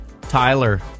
Tyler